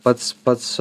pats pats